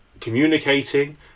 communicating